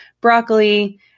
broccoli